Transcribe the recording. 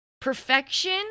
Perfection